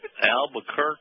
Albuquerque